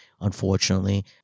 unfortunately